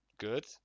good